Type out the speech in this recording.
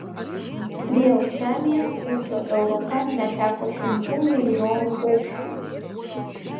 dėl žemės ūkio europa neteko šimtų milijonų paukščių